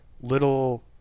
little